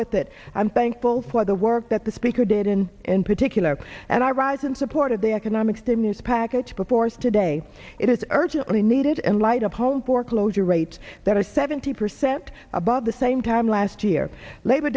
with that i'm thankful for the work that the speaker did and in particular and i rise in support of the economic stimulus package before us today it is urgently needed in light of home foreclosure rates that are seventy percent above the same time last year labor